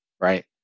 right